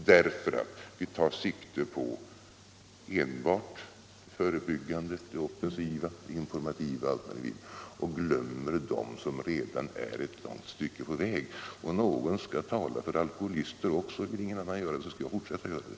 Vi tar då sikte enbart på förebyggande, offensiva, informativa och liknande åtgärder, och vi glömmer dem som redan är ett långt stycke på väg när det gäller dessa problem. Någon skall tala också för alkoholister, och om ingen annan gör det så skall jag fortsätta att göra det.